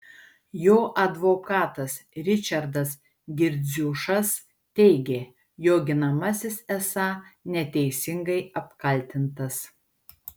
jo advokatas ričardas girdziušas teigė jo ginamasis esą neteisingai apkaltintas